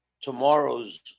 tomorrow's